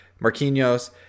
Marquinhos